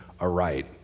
aright